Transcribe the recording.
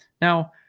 Now